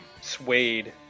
Suede